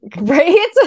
Right